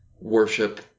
worship